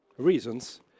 reasons